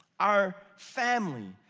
our family,